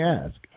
ask